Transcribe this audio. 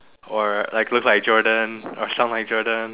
or like look like Jordan or sound like Jordan